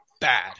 bad